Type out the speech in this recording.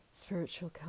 Spiritual